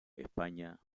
españa